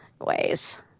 ways